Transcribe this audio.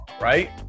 right